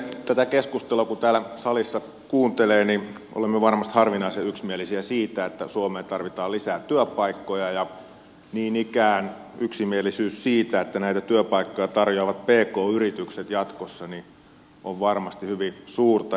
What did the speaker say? tätä keskustelua kun täällä salissa kuuntelee niin olemme varmasti harvinaisen yksimielisiä siitä että suomeen tarvitaan lisää työpaikkoja ja niin ikään yksimielisyys siitä että näitä työpaikkoja tarjoavat pk yritykset jatkossa on varmasti hyvin suurta